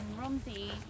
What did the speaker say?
romsey